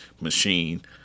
machine